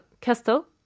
castle